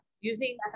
using